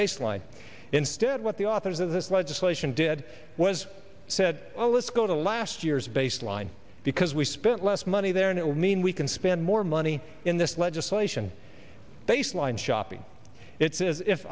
baseline instead what the authors of the distillation did was said oh let's go to last year's baseline because we spent less money there and it will mean we can spend more money in this legislation baseline shopping it's as if